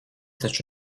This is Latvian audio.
taču